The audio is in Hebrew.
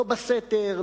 לא בסתר,